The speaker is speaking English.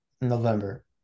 November